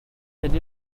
allé